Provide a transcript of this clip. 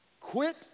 Quit